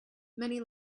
many